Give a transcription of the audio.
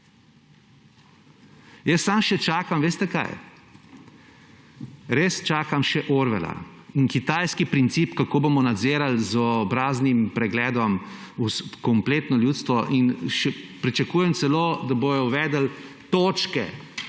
Jaz samo še čakam – veste, kaj? Res čakam še Orwella in kitajski princip, kako bomo nadzirali z obraznim pregledom kompletno ljudstvo. Pričakujem celo, da bodo uvedli točke,